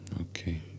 Okay